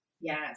Yes